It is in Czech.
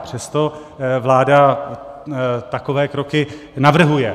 Přesto vláda takové kroky navrhuje.